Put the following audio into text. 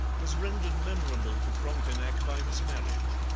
was rendered memorable to frontenac by his marriage.